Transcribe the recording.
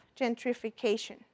gentrification